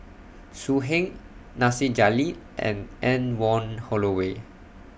So Heng Nasir Jalil and Anne Wong Holloway